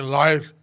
life